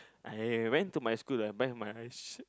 I went to my school lah buy my sea